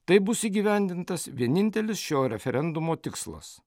taip bus įgyvendintas vienintelis šio referendumo tikslas